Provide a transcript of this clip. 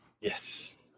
Yes